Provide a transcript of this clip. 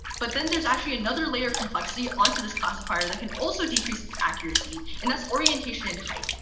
but then there's actually another layer of complexity onto this classifier that can also decrease its accuracy, and its orientation in height.